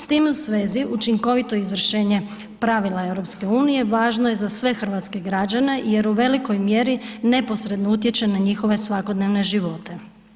S tim u svezi učinkovito izvršenje pravila EU važno je za sve hrvatske građane jer u velikoj mjeri neposredno utječe na njihove svakodnevne živote.